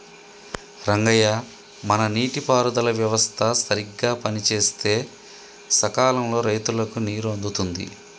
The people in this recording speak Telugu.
రంగయ్య మన నీటి పారుదల వ్యవస్థ సరిగ్గా పనిసేస్తే సకాలంలో రైతులకు నీరు అందుతుంది